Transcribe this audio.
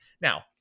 Now